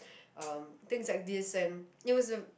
um things like this and it was a